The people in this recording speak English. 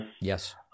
Yes